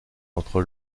entre